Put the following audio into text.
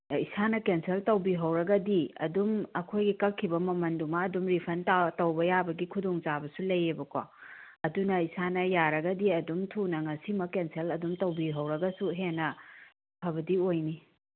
ꯏꯁꯥꯅ ꯀꯦꯟꯁꯦꯜ ꯇꯧꯕꯤꯍꯧꯔꯒꯗꯤ ꯑꯗꯨꯝ ꯑꯩꯈꯣꯏꯒꯤ ꯀꯛꯈꯤꯕ ꯃꯃꯟꯗꯨꯃꯛ ꯑꯗꯨꯝ ꯔꯤꯐꯟ ꯇꯧꯕ ꯌꯥꯕꯒꯤ ꯈꯨꯗꯣꯡꯆꯥꯕꯁꯨ ꯂꯩꯌꯦꯕꯀꯣ ꯑꯗꯨꯅ ꯏꯁꯥꯅ ꯌꯥꯔꯒꯗꯤ ꯑꯗꯨꯝ ꯊꯨꯅ ꯉꯁꯤꯃꯛ ꯀꯦꯟꯁꯦꯜ ꯑꯗꯨꯝ ꯇꯧꯕꯤꯍꯧꯔꯒꯁꯨ ꯍꯦꯟꯅ ꯐꯕꯗꯤ ꯑꯣꯏꯅꯤ